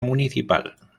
municipal